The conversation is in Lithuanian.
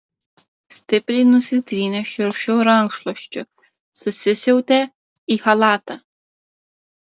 stipriai nusitrynęs šiurkščiu rankšluosčiu susisiautė į chalatą